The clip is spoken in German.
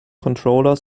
controller